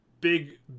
big